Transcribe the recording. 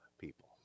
people